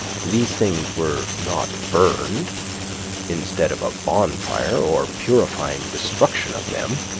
these things were not burned instead of a bonfire, or purifying destruction of them,